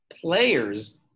players